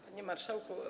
Panie Marszałku!